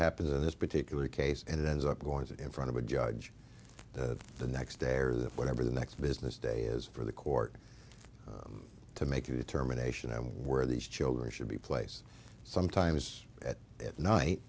happens in this particular case and it ends up going in front of a judge the next day or the whatever the next business day is for the court to make a determination on where these children should be place sometimes at night